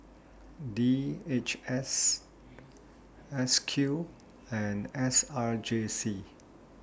D H S S Q and S R J C